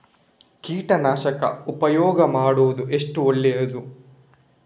ಕೀಟನಾಶಕ ಉಪಯೋಗ ಮಾಡುವುದು ಎಷ್ಟು ಒಳ್ಳೆಯದು?